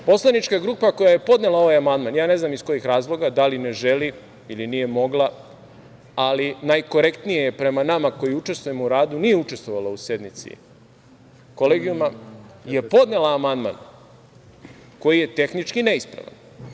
Poslanička grupa koja je podnela ovaj amandman, ja ne znam iz kojih razloga, da li ne želi ili nije mogla, ali najkorektnije prema nama koji učestvujemo u radu, nije učestvovala u sednici Kolegijuma, je podnela amandman koji je tehnički neispravan.